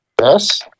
Yes